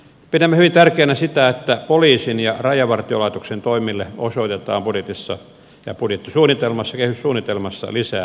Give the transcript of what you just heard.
pidämme hyvin tärkeänä sitä että poliisin ja rajavartiolaitoksen toimille osoitetaan budjetissa ja budjettisuunnitelmassa kehyssuunnitelmassa lisää määrärahoja